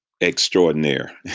extraordinaire